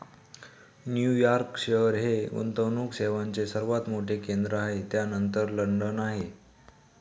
New York शहर हे गुंतवणूक सेवांचे सर्वात मोठे केंद्र आहे त्यानंतर लंडन आहे